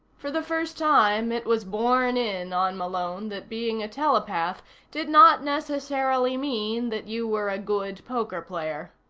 for the first time, it was borne in on malone that being a telepath did not necessarily mean that you were a good poker player.